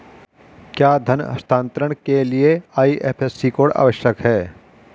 क्या धन हस्तांतरण के लिए आई.एफ.एस.सी कोड आवश्यक है?